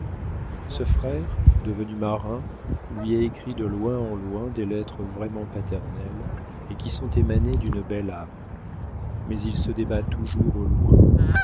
ce frère devenu marin lui a écrit de loin en loin des lettres vraiment paternelles et qui sont émanées d'une belle âme mais il se débat toujours au loin